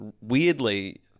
weirdly